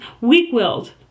weak-willed